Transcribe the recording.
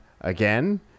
again